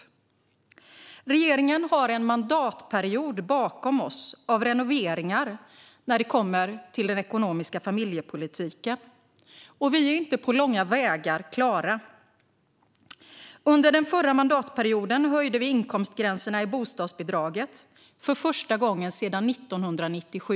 Vi i regeringen har en mandatperiod bakom oss av renoveringar när det kommer till den ekonomiska familjepolitiken, och vi är inte på långa vägar klara. Under den förra mandatperioden höjde vi inkomstgränserna i bostadsbidraget för första gången sedan 1997.